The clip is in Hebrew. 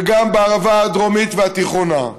וגם בערבה הדרומית והתיכונה.